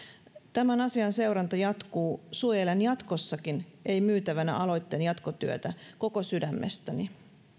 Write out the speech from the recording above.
tämän asian seuranta jatkuu suojelen jatkossakin ei myytävänä aloitteen jatkotyötä koko sydämestäni